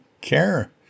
care